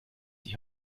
die